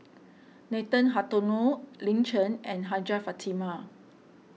Nathan Hartono Lin Chen and Hajjah Fatimah